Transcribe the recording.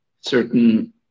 certain